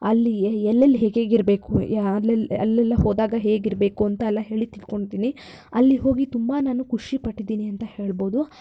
ಅಲ್ಲಿ ಎಲ್ಲೆಲ್ಲಿ ಹೇಗೆಗೆ ಇರಬೇಕು ಅಲ್ಲೆಲ್ ಅಲ್ಲೆಲ್ಲ ಹೋದಾಗ ಹೇಗಿರಬೇಕು ಅಂತೆಲ್ಲ ಹೇಳಿ ತಿಳ್ಕೊಂಡಿದ್ದೀನಿ ಅಲ್ಲಿ ಹೋಗಿ ತುಂಬ ನಾನು ಖುಷಿ ಪಟ್ಟಿದ್ದೀನಿ ಅಂತ ಹೇಳ್ಬೋದು